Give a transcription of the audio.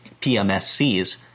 PMSCs